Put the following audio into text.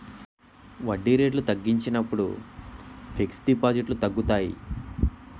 వడ్డీ రేట్లు తగ్గించినప్పుడు ఫిక్స్ డిపాజిట్లు తగ్గుతాయి